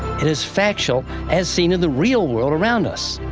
it is factual, as seen in the real world around us.